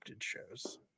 shows